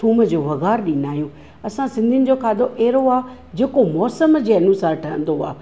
थूम जो वघार ॾींदा आहियूं असां सिंधियुनि जो खाधो अहिड़ो आ जेको मौसम जे अनुसार ठहंदो आहे